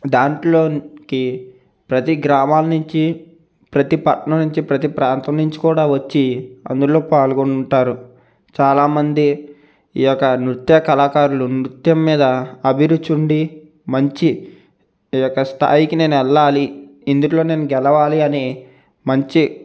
దాంట్లోకి ప్రతి గ్రామల నుంచి ప్రతి పట్టణం నుంచి ప్రతి ప్రాంతం నుంచి కూడా వచ్చి అందులో పాల్గొంటారు చాలామంది ఈ యొక్క నృత్య కళాకారులు నృత్యం మీద అభిరుచి ఉండి మంచి ఈ యొక్క స్థాయికి నేను వెళ్ళాలి ఇందిలో నేను గెలవాలి అనే మంచి